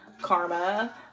karma